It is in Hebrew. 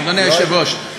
אדוני היושב-ראש,